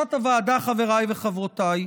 לבקשת הוועדה, חבריי וחברותיי,